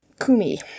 Kumi